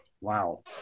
Wow